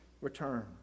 return